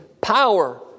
power